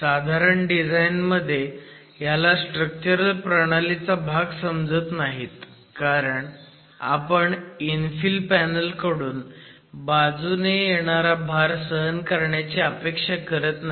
साधारण डिझाईन मध्ये ह्याला स्ट्रक्चरल प्रणालीचा भाग समजत नाहीत कारण आपण इन्फिल पॅनल कडून बाजूने येणारा भार सहन करण्याची अपेक्षा करत नाही